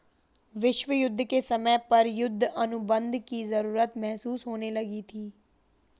विश्व युद्ध के समय पर युद्ध अनुबंध की जरूरत महसूस होने लगी थी